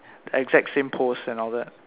exact same pose and all that